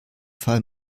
fall